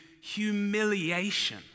humiliation